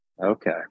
Okay